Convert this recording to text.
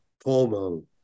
formal